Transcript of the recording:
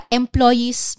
employees